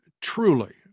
truly